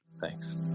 Thanks